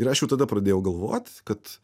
ir aš jau tada pradėjau galvot kad